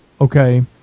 okay